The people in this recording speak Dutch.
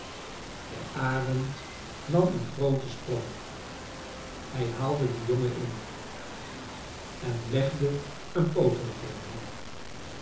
de arend nam een grooten sprong hij haalde den jongen in en legde een poot